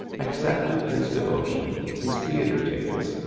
accepted his devotion, his theatre tickets,